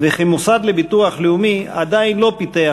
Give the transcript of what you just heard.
וכי המוסד לביטוח לאומי עדיין לא פיתח